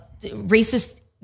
racist